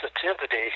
sensitivity